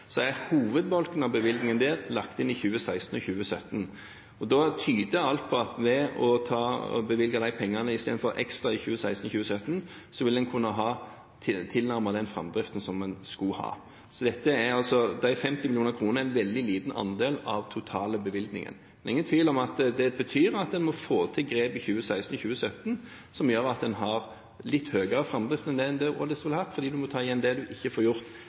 er hovedbolken av bevilgningen lagt inn i 2016 og 2017. Alt tyder på at ved å bevilge de pengene istedenfor ekstra i 2016 og 2017 vil en kunne ha tilnærmet den framdriften en skulle ha. De 50 mill. kr er en veldig liten del av den totale bevilgningen. Det er ingen tvil om at det betyr at en må få til grep i 2016 og 2017 som gjør at en har litt høyere framdrift enn det en ellers ville hatt, fordi en må ta igjen det en ikke får gjort